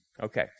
Okay